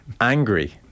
angry